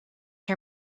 her